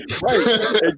right